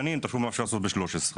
שנים תחשוב מה אפשר לעשות ב-13 שנים.